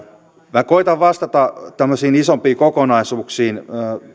minä koetan vastata tämmöisiin isompiin kokonaisuuksiin